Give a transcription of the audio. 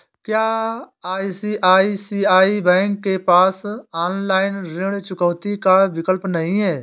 क्या ICICI bank के पास ऑनलाइन ऋण चुकौती का विकल्प नहीं है?